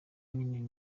ngira